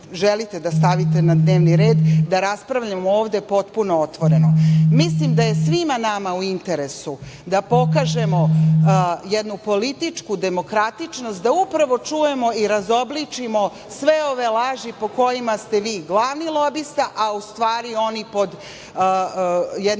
da stavite na dnevni red da raspravljamo ovde potpuno otvoreno. Mislim da je svima nama u interesu da pokažemo jednu političku demokratičnost, da upravo čujemo i razobličimo sve ove laži po kojima ste vi glavni lobista. U stvari, oni pod jednim